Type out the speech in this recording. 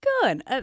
Good